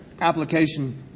application